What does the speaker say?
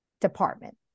department